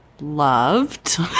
loved